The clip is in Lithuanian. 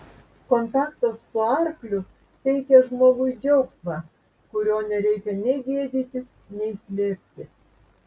kontaktas su arkliu teikia žmogui džiaugsmą kurio nereikia nei gėdytis nei slėpti